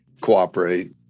cooperate